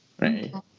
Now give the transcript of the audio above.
right